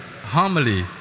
homily